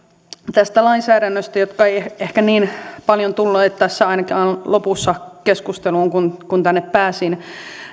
tästä lainsäädännöstä jotka eivät ehkä niin paljon tulleet keskusteluun tässä ainakaan lopussa kun kun tänne pääsin